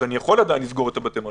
אני יכול לסגור את בתי המלון.